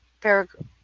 paragraph